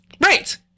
Right